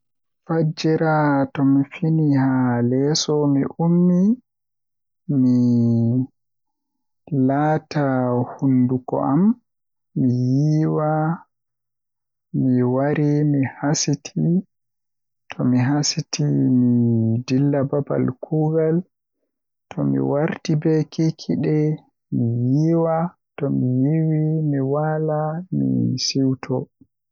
Fajjira tomi fini haa leso am mi ummi mi lalliti hunduko am mi yiiwi mi wari mi hasiti to mi hasiti mi dilla babal kuugan tomi warti be kikide mi yiiwa tomi yiwi mi waala mi siwto.